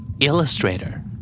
Illustrator